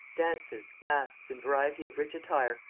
dances, masks, and variety of rich attire,